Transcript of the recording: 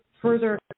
further